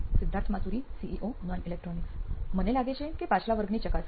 Siddharth Maturi CEO નોઇન electronics મને લાગે છે કે પાછલા વર્ગના નોંધોની ચકાસણી